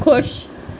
ਖੁਸ਼